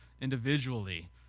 individually